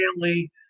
family